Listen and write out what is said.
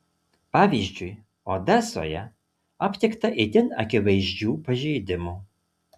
pavyzdžiui odesoje aptikta itin akivaizdžių pažeidimų